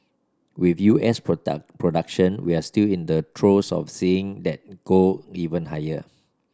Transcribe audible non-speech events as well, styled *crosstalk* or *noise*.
with U S *unintelligible* production we're still in the throes of seeing that go even higher